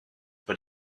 but